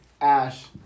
Ash